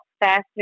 Faster